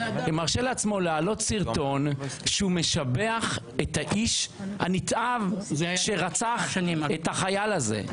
מרשה לעצמו להעלות סרטון שבו הוא משבח את האיש הנתעב שרצח את החייל הזה.